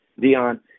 Dion